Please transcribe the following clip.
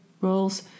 roles